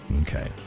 Okay